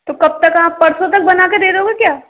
तो कब तक आप परसों तक बना के दे दोगे क्या